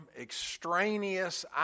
extraneous